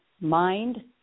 mind